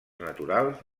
naturals